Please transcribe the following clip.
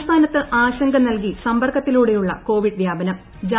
സംസ്ഥാനത്ത് ആശ്രിക്ക് നൽകി സമ്പർക്കത്തിലൂടെയുള്ള കോവിഡ് വ്യാപന്റും